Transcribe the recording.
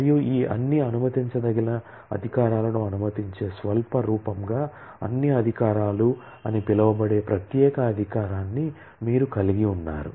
మరియు ఈ అన్ని అనుమతించదగిన అధికారాలను అనుమతించే స్వల్ప రూపంగా అన్ని అధికారాలు అని పిలువబడే ప్రత్యేక అధికారాన్ని మీరు కలిగి ఉన్నారు